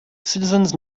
citizens